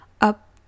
up